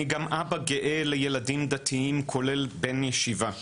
אני גם אבא גאה לילדים דתיים, כולל בן ישיבה.